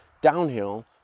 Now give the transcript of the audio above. Downhill